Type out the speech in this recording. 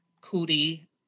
Cootie